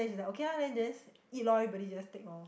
then she says okay lah then just eat loh everybody just take loh